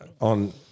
on